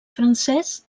francés